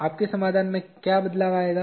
आपके समाधान में क्या बदलाव आएगा